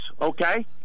okay